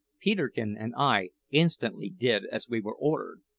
peterkin and i instantly did as we were ordered,